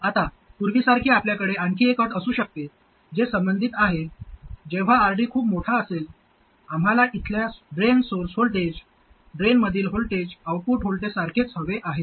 आता पूर्वीसारखी आपल्याकडे आणखी एक अट असू शकते जे संबंधित आहे जेव्हा RD खूप मोठा असेल आम्हाला इथल्या ड्रेन सोर्स व्होल्टेज ड्रेनमधील व्होल्टेज आउटपुट व्होल्टेजसारखेच हवे आहे